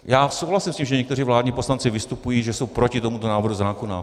Já souhlasím s tím, že někteří vládní poslanci vystupují, že jsou proti tomuto návrhu zákona.